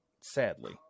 sadly